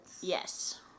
Yes